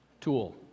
tool